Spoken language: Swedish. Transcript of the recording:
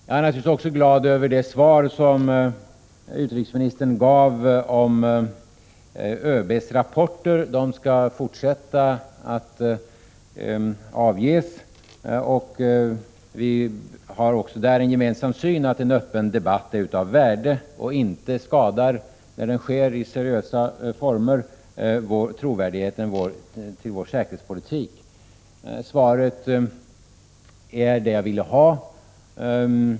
Jag är naturligtvis också glad över det svar som utrikesministern gav om att ÖB:s rapporter skall fortsätta att avges. Vi har också där en gemensam syn att en öppen debatt är av värde och att den när den sker i seriösa former inte skadar trovärdigheten av vår säkerhetspolitik. Svaret är det jag vill ha.